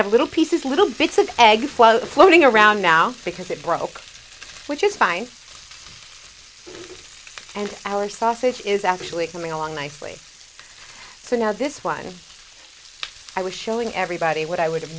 have a little pieces little bits of egg floating around now because it broke which is fine and our sausage is actually coming along nicely for now this one i was showing everybody what i would have